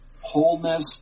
wholeness